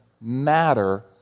matter